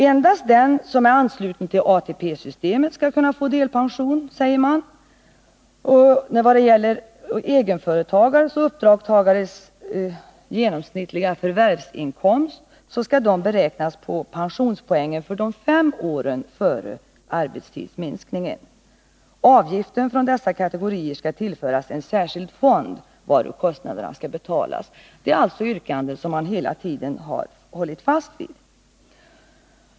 Endast den som är ansluten till ATP-systemet skall kunna få delpension, säger man, och egenföretagares och uppdragstagares genomsnittliga förvärvsinkomst skall beräknas på pensionspoängen för de fem åren före arbetstidsminskningen. Avgiften från dessa kategorier skall tillföras en särskild fond, varur kostnaderna skall betalas. — Det är alltså yrkanden som socialdemokraterna hela tiden har hållit fast vid.